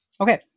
Okay